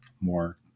more